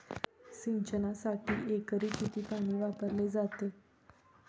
सिंचनासाठी एकरी किती पाणी वापरले जाते?